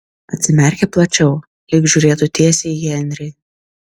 atsimerkė plačiau lyg žiūrėtų tiesiai į henrį